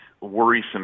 worrisome